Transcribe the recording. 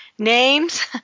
Names